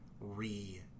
re